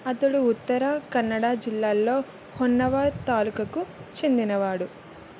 అతడు ఉత్తర కన్నడ జిల్లాల్లో హొన్నావర్ తాలూకాకు చెందినవాడు